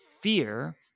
fear